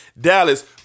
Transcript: Dallas